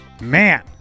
Man